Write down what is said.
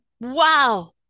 wow